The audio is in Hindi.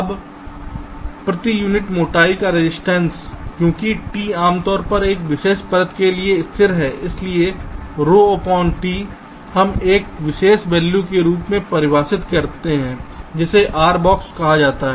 अब प्रति यूनिट मोटाई का रजिस्टेंस क्योंकि t आमतौर पर एक विशेष परत के लिए स्थिर है इसलिए t हम एक विशेष वैल्यू के रूप में परिभाषित करते हैं जिसे R⧠ कहा जाता है